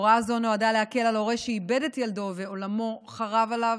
הוראה זו נועדה להקל על הורה שאיבד את ילדו ועולמו חרב עליו,